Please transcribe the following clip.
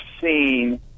seen